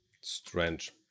strange